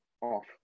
off